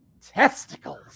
testicles